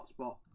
hotspot